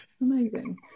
amazing